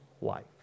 life